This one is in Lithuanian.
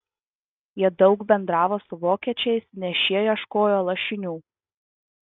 jie daug bendravo su vokiečiais nes šie ieškojo lašinių